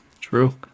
True